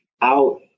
out